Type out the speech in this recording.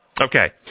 Okay